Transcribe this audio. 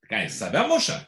ką jis save muša